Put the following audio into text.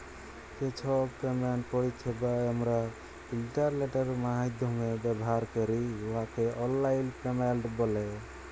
যে ছব পেমেন্ট পরিছেবা আমরা ইলটারলেটের মাইধ্যমে ব্যাভার ক্যরি উয়াকে অললাইল পেমেল্ট ব্যলে